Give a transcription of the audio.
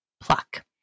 pluck